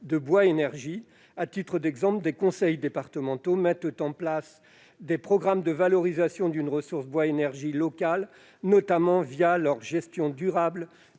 de bois énergie. À titre d'exemple, des conseils départementaux mettent en place des programmes de valorisation d'une ressource bois énergie locale, notamment leur gestion durable